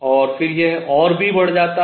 और फिर यह और भी बढ़ जाता है